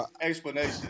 explanation